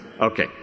Okay